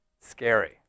scary